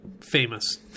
famous